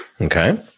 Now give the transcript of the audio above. Okay